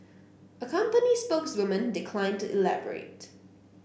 a company spokeswoman declined to elaborate